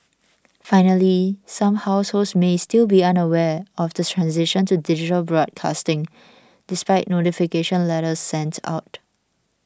finally some households may still be unaware of the transition to digital broadcasting despite notification letters sent out